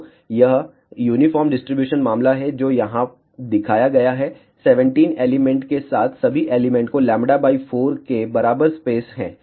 तो यह uniform distribution मामला है जो यहां दिखाया गया है 17 एलिमेंट के लिए सभी एलिमेंट में λ 4 के बराबर स्पेस है